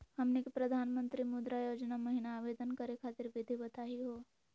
हमनी के प्रधानमंत्री मुद्रा योजना महिना आवेदन करे खातीर विधि बताही हो?